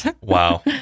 Wow